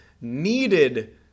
needed